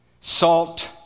salt